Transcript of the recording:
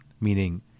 meaning